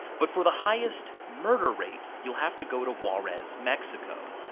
but for the highest murder rate you'll have to go to juarez, mexico,